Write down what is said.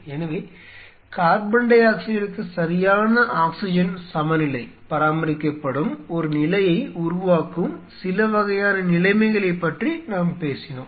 எனவே கார்பன் டை ஆக்சைடுக்கு சரியான ஆக்ஸிஜன் சமநிலை பராமரிக்கப்படும் ஒரு நிலையை உருவாக்கும் சில வகையான நிலைமைகளைப் பற்றி நாம் பேசினோம்